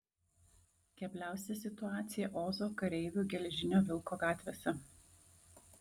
kebliausia situacija ozo kareivių geležinio vilko gatvėse